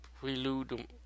prelude